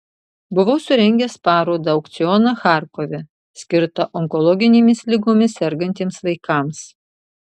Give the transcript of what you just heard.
buvau surengęs parodą aukcioną charkove skirtą onkologinėmis ligomis sergantiems vaikams